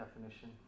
definition